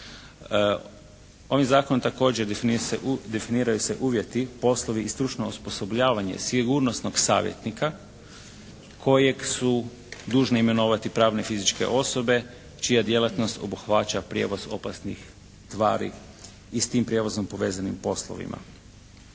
Ovim zakonom također definiraju se uvjeti, poslovi i stručno osposobljavanje sigurnosnog savjetnika kojeg su dužne imenovati pravne i fizičke osobe čija djelatnost obuhvaća prijevoz opasnih tvari i s tim prijevozom povezanim poslovima.